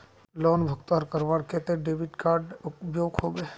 Loan भुगतान करवार केते डेबिट कार्ड उपयोग होबे?